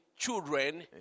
Children